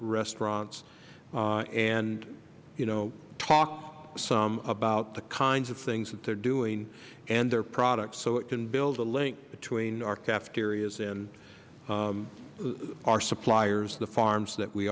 restaurants and you know talk some about the kinds of things that they are doing and about their products so it can build a link between our cafeterias and our suppliers the farms that we